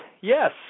yes